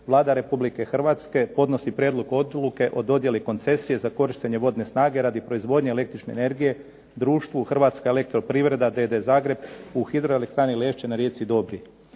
Vlada Republike Hrvatske podnosi Prijedlog odluke o dodjeli koncesiji za korištenje vodne snage radi proizvodnje električne energije društvu Hrvatska elektroprivreda d.d. Zagreb u hidroelektrani Lešće na rijeci Dobri.